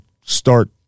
start